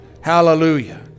Hallelujah